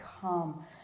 come